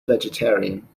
vegetarian